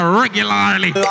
regularly